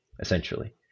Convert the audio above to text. essentially